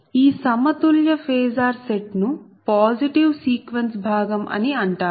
ఈ సమతుల్య phasor set ను పాజిటివ్ సీక్వెన్స్ భాగం అని అంటారు